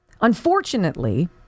Unfortunately